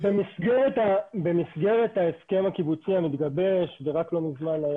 במסגרת ההסכם הקיבוצי המתגבש ורק לא מזמן היה